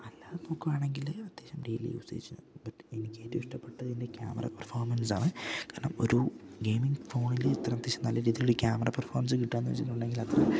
അല്ലാതെ നോക്കുവാണെങ്കില് അത്യാവശ്യം ഡെയിലി യൂസേജ് ബട്ട് എനിക്കേറ്റവും ഇഷ്ടപ്പെട്ടതിൻ്റെ ക്യാമറ പെർഫോമൻസാണ് കാരണം ഒരു ഗെയിമിങ് ഫോണില് ഇത്ര അത്യാവശ്യം നല്ല രീതിയിലൊ ക്യാമറ പെർഫോമൻസ് കിട്ടാന്ന് വെച്ചിട്ടുണ്ടെങ്കിലത്